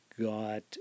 got